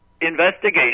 investigation